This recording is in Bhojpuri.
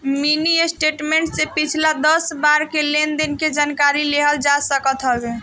मिनी स्टेटमेंट से पिछला दस बार के लेनदेन के जानकारी लेहल जा सकत हवे